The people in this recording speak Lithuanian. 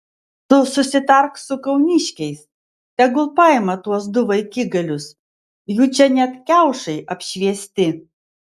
tu susitark su kauniškiais tegul paima tuos du vaikigalius jų čia net kiaušai apšviesti